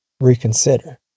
reconsider